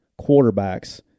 quarterbacks